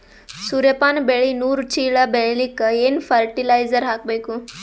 ಸೂರ್ಯಪಾನ ಬೆಳಿ ನೂರು ಚೀಳ ಬೆಳೆಲಿಕ ಏನ ಫರಟಿಲೈಜರ ಹಾಕಬೇಕು?